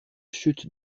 chute